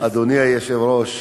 אדוני היושב-ראש,